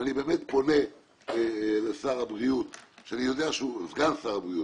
ואני באמת פונה לשר הבריאות - סגן שר הבריאות,